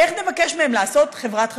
איך נבקש מהם לעשות חברת חדשות?